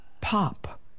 pop